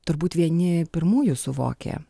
turbūt vieni pirmųjų suvokė